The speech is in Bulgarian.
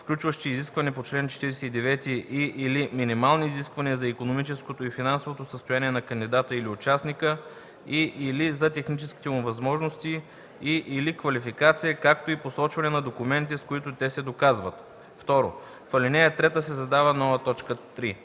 включващи изискване по чл. 49, и/или минимални изисквания за икономическото и финансовото състояние на кандидата или участника, и/или за техническите му възможности, и/или квалификация, както и посочване на документите, с които те се доказват;”. 2. В ал. 3 се създава нова т. 3: